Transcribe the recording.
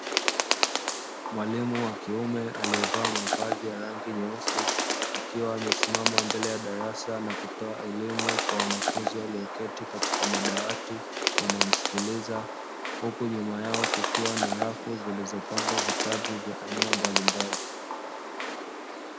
Mwalimu wa kiume aliyevaa mavazi ya rangi nyeusi. Akiwa amesimama mbele ya darasa na kutoa elimu kwa wanafunzi walioketi katika madawati, wanaomsikiliza. Huku nyuma yao kukiwa na rafu zilizopangwa vitabu vya aina mbalimbali.